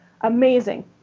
amazing